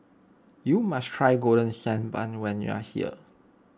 you must try Golden Sand Bun when you are here